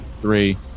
three